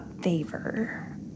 favor